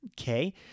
Okay